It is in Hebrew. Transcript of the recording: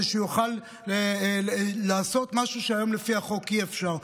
שהוא יוכל לעשות משהו שהיום לפי החוק אי-אפשר.